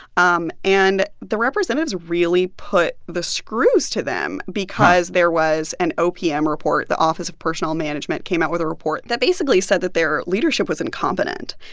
um and the representatives really put the screws to them because there was an opm report. the office of personnel management came out with a report that basically said that their leadership was incompetent,